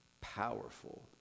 powerful